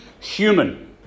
human